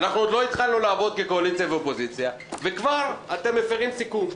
עוד לא התחלנו לעבוד כקואליציה ואופוזיציה ואתם כבר מפרים סיכום.